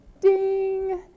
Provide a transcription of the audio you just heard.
ding